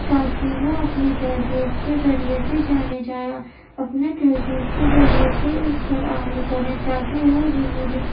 تاکہ وہ اپنی تہذیب کے ذریعے سے جانے جائیں اپنے تہذیب کے ذریعے سے اس پر عمل کریں تاکہ وہ جو بری